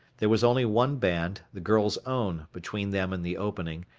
there was only one band, the girl's own, between them and the opening,